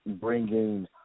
bringing